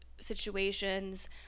situations